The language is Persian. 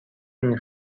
این